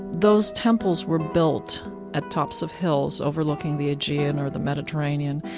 those temples were built at tops of hills overlooking the aegean or the mediterranean